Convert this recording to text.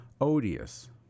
odious